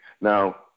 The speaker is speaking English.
Now